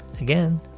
Again